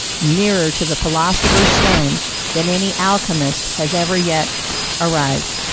nearer to the philosopher's stone than any alchemist has ever yet arrived.